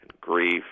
grief